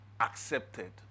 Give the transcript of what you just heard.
accepted